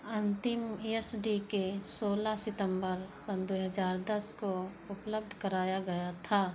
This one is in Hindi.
अंतिम एस डी के सोलह सितंबर सन दुई हज़ार दस को उपलब्ध कराया गया था